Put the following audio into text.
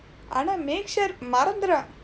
ஆனா:aanaa make sure மறந்திருவா:marandthiruvaa